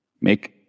Make